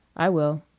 i will.